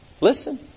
Listen